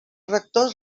rector